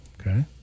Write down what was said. Okay